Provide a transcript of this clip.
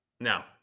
Now